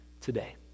today